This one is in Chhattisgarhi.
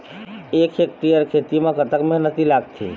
एक हेक्टेयर उरीद म कतक मेहनती लागथे?